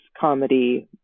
comedy